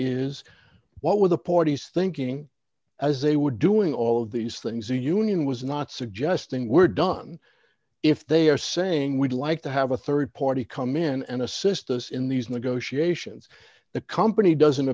is what were the parties thinking as they were doing all of these things the union was not suggesting we're done if they are saying we'd like to have a rd party come in and assist us in these negotiations the company doesn't